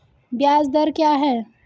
ब्याज दर क्या है?